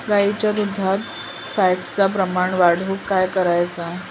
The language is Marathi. गाईच्या दुधात फॅटचा प्रमाण वाढवुक काय करायचा?